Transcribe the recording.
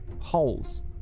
holes